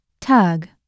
Tug